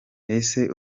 ese